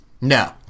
no